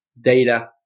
data